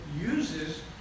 uses